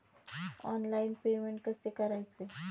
Online payment कसे करायचे?